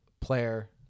player